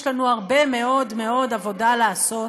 יש לנו הרבה מאוד מאוד עבודה לעשות